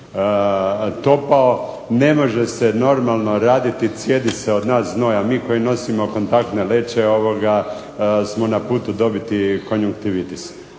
topao, ne može se normalno raditi, cijedi se s nas znoj, a mi koji nosimo kontaktne leće smo na putu dobiti konjunktivitis.